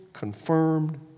Confirmed